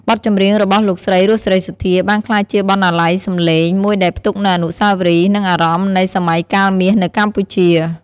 បទចម្រៀងរបស់លោកស្រី រស់ សេរីសុទ្ធា បានក្លាយជា បណ្ណាល័យសំឡេង មួយដែលផ្ទុកនូវអនុស្សាវរីយ៍ និងអារម្មណ៍នៃ "សម័យកាលមាស" នៅកម្ពុជា។